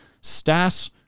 Stas